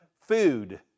food